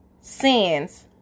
sins